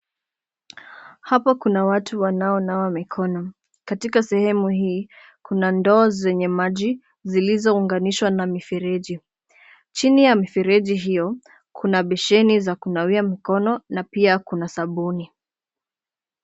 Hapo kuna watu wanao nawa mikono katika sehemu hii. Kuna ndoo zenye maji zilizounganishwa na mifereji. Chini ya mifereji hiyo kuna besheni za kunawia mkono na pia kuna sabuni.